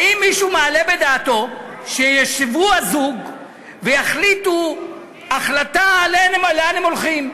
האם מישהו מעלה בדעתו שישבו הזוג ויחליטו החלטה לאן הם הולכים?